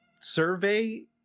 survey